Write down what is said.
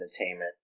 entertainment